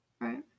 Right